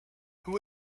who